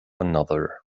another